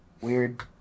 Weird